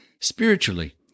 spiritually